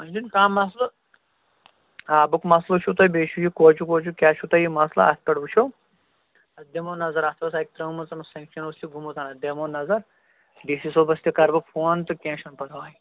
وۄنۍ چھُنہٕ کانٛہہ مَسلہٕ آبُک مَسلہٕ چھُو تۄہہِ بیٚیہِ چھُو یہِ کوچُک ووچُک کیٛاہ چھُو تۄہہِ یہِ مَسلہٕ اَتھ پٮ۪ٹھ وٕچھو اَتھ دِمو نَظر اَتھ ٲس اَکہِ ترٛٲومٕژ سٮ۪نٛکشین حظ چھُ گوٚمُت اَتھ دِمو نظر ڈی سی صٲبَس تہِ کَرٕ بہٕ فون تہٕ کینٛہہ چھُنہٕ پَرواے